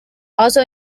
also